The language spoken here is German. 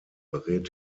berät